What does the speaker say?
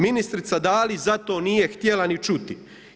Ministrica Dalić za to nije htjela ni čuti.